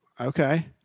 Okay